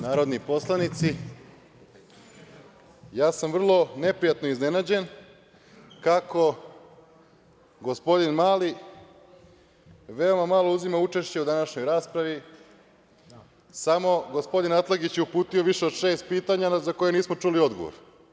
Narodni poslanici, ja sam vrlo neprijatno iznenađen kako gospodin Mali veoma malo uzima učešća u današnjoj raspravi, samo je gospodin Atlagić uputio više od šest pitanja, za koje nismo čuli odgovor.